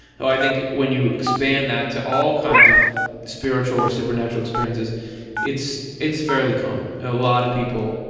so i think when you expand that to all kinds of spiritual or supernatural experiences it's it's fairly common. a lot of people,